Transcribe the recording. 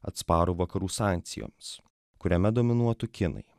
atsparų vakarų sankcijoms kuriame dominuotų kinai